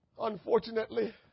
unfortunately